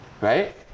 right